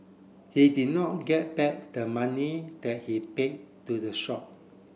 he did not get back the money that he paid to the shop